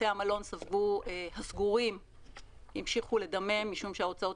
בתי המלון הסגורים המשיכו לדמם משום שההוצאות